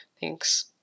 Thanks